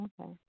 okay